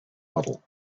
model